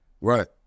Right